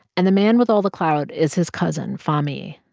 and the man with all the clout is his cousin fahmee.